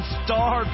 star